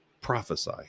prophesy